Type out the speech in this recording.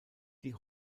die